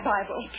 Bible